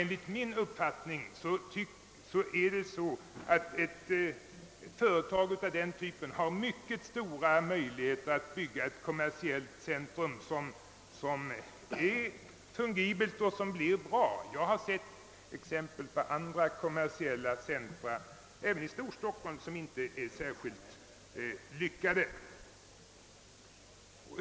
Enligt min uppfattning har ett företag av den typen mycket stora förutsättningar att bygga ett kommersiellt centrum, som fungerar väl. Jag har sett många kommersiella centra — även i Storstockholm — som inte är särskilt lyckade.